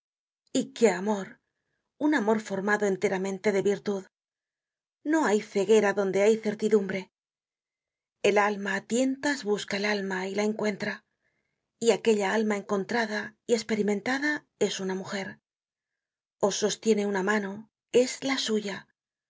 y qué amor un amor formado enteramente de virtud no hay ceguera donde hay certidumbre el alma á tientas busca el alma y la encuentra y aquella alma encontrada y esperimentada es una mujer os sostiene una mano es la suya